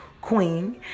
Queen